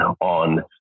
on